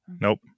Nope